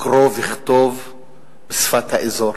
קרוא וכתוב בשפת האזור,